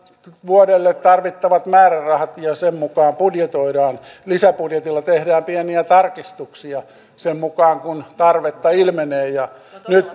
vuodelle tarvittavat määrärahat ja sen mukaan budjetoidaan lisäbudjetilla tehdään pieniä tarkistuksia sen mukaan kuin tarvetta ilmenee ja nyt